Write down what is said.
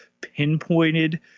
pinpointed